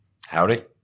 Howdy